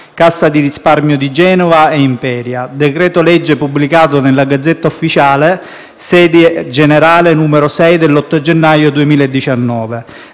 Cassa di risparmio di Genova e Imperia.» (Decreto-legge pubblicato nella *Gazzetta Ufficiale* - Serie generale - n. 6 dell'8 gennaio 2019).